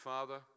Father